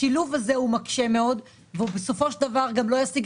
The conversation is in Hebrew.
השילוב הזה מקשה מאוד והוא בסופו של דבר גם לא ישיג